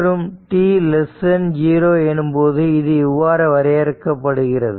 மற்றும் t 0 எனும்போது இது இவ்வாறு வரையப்படுகிறது